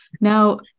Now